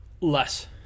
Less